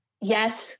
Yes